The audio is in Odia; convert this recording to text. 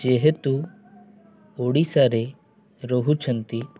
ଯେହେତୁ ଓଡ଼ିଶାରେ ରହୁଛନ୍ତି